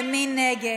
מי נגד?